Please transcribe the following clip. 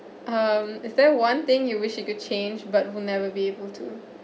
um is there one thing you wish you could change but will never be able to